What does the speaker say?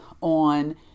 on